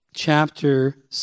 Chapter